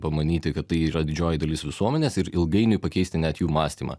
pamanyti kad tai yra didžioji dalis visuomenės ir ilgainiui pakeisti net jų mąstymą